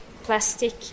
plastic